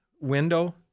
window